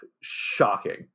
shocking